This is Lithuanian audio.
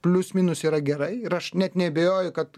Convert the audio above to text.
plius minus yra gerai ir aš net neabejoju kad